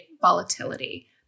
volatility